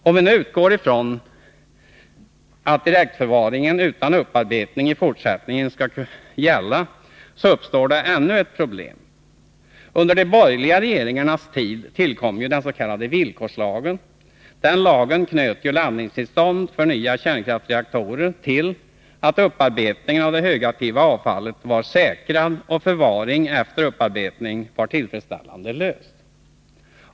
Om vi nu utgår ifrån att direktförvaring utan upparbetning i fortsättningen skall gälla, så uppstår det ännu ett problem. Under de borgerliga regeringarnas tid tillkom ju den s.k. villkorslagen. Den lagen knöt laddningstillstånd för nya kärnkraftsreaktorer till att upparbetningen av det högaktiva avfallet var säkrad och till att frågan om förvaring efter upparbetningen var tillfredsställande löst.